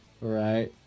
Right